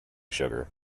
sugar